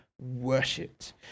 Worshipped